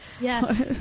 Yes